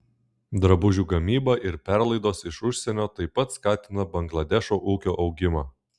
drabužių gamyba ir perlaidos iš užsienio taip pat skatina bangladešo ūkio augimą